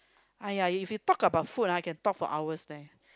!aiya! if we talk about food ah we can talk for hours leh